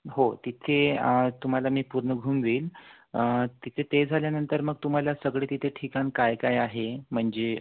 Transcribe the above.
हो तिथे तुम्हाला मी पूर्ण घुमवीन तिथे ते झाल्यानंतर मग तुम्हाला सगळे तिथे ठिकाण काय काय आहे म्हणजे